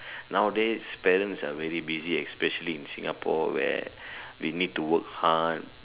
nowadays parents are very busy especially in Singapore where we need to work hard